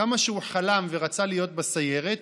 כמה שהוא חלם ורצה להיות בסיירת,